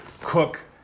cook